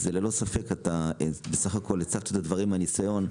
אז ללא ספק אתה בסך הכול הצגת את הדברים מהניסיון,